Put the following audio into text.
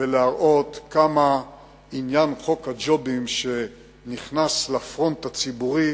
ולהראות כמה עניין חוק הג'ובים שנכנס לפרונט הציבורי,